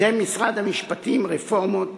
קידם משרד המשפטים רפורמות